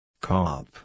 Cop